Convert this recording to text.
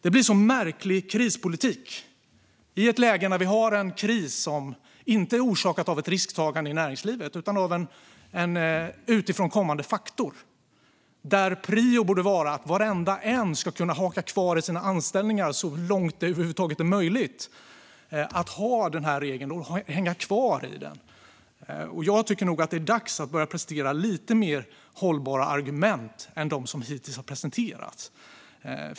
Det blir en märklig krispolitik att ha kvar denna regel i ett läge där vi har en kris som inte är orsakad av ett risktagande i näringslivet utan av en utifrån kommande faktor där prio borde vara att varenda en ska kunna hållas kvar i sina anställningar så långt det är möjligt. Jag tycker att det är dags att man börjar prestera lite mer hållbara argument än de som hittills har presenterats.